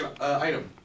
item